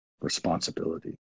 responsibility